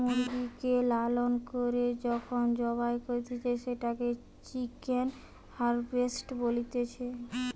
মুরগিকে লালন করে যখন জবাই করতিছে, সেটোকে চিকেন হার্ভেস্টিং বলতিছে